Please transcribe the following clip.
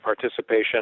participation